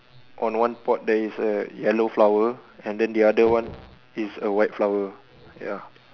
on one pot there is a yellow flower and then the other one is a white flower ya